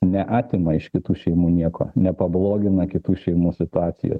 neatima iš kitų šeimų nieko nepablogina kitų šeimų situacijos